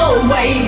away